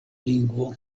lingvo